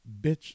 bitch